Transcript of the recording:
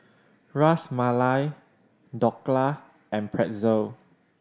Ras Malai Dhokla and Pretzel